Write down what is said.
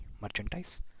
merchandise